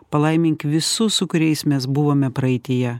palaimink visus su kuriais mes buvome praeityje